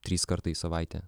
trys kartai į savaitę